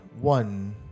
one